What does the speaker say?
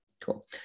Cool